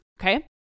Okay